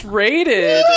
rated